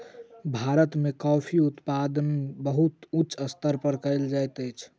भारत में कॉफ़ी उत्पादन बहुत उच्च स्तर पर कयल जाइत अछि